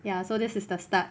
ya so this is the start